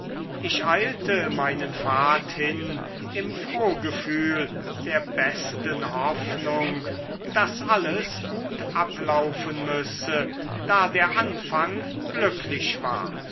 ich eilte meinen pfad hin im frohgefühl der besten hoffnung daß alles gut ablaufen müsse da der anfang glücklich war